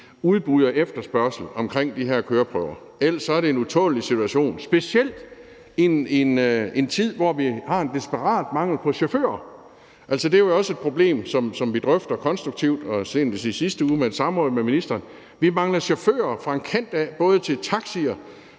udbud og efterspørgsel omkring de her køreprøver. Ellers er det en utålelig situation og vil være det specielt i en tid, hvor vi har en desperat mangel på chauffører. Det er jo også et problem, som vi drøfter konstruktivt og drøftede så sent som i sidste uge på et samråd med ministeren. Vi mangler chauffører på alle leder og kanter – både til taxier,